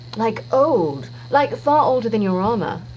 like old, like far older than your armor.